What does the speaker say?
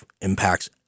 impacts